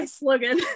slogan